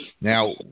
Now